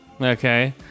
okay